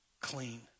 clean